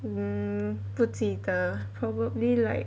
mm 不记得 probably like